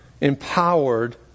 empowered